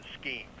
scheme